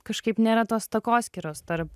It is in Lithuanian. kažkaip nėra tos takoskyros tarp